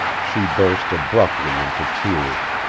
she burst, abruptly, into tears.